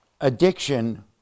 Addiction